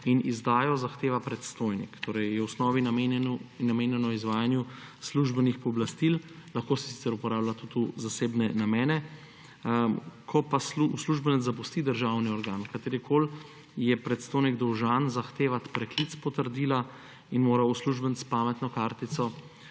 in izdajo zahteva predstojnik. Torej je v osnovi namenjeno izvajanju službenih pooblastil. Lahko se sicer uporablja tudi v zasebne namene, ko pa uslužbenec zapusti državni organ, katerikoli, je predstojnik dolžan zahtevati preklic potrdila in mora uslužbenec pametno kartico